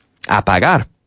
apagar